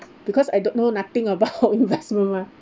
because I don't know nothing about investment mah